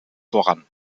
voran